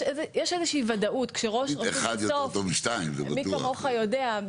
יש איזושהי ודאות, כשראש רשות, בסוף מי כמוך יודע,